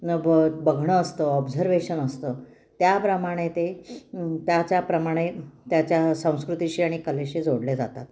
न ब बघणं असतं ऑबझर्वेशन असतं त्याप्रमाणे ते त्याच्याप्रमाणे त्याच्या संस्कृतीशी आणि कलेशी जोडले जातात